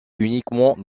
uniquement